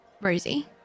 Rosie